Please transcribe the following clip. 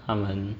他们